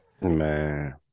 Man